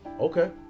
Okay